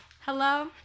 Hello